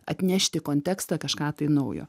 atnešti kontekstą kažką tai naujo